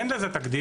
אין לזה תקדים.